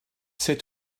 sut